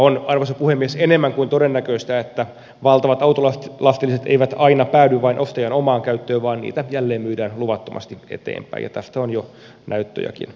on arvoisa puhemies enemmän kuin todennäköistä että valtavat autolastilliset eivät aina päädy vain ostajan omaan käyttöön vaan niitä jälleenmyydään luvattomasti eteenpäin ja tästä on jo näyttöjäkin olemassa